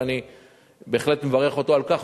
ואני בהחלט מברך אותו על כך.